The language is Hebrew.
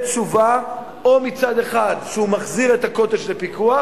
עד פברואר 2011 תשובה: או שהוא מחזיר את ה"קוטג'" לפיקוח,